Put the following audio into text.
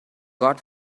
got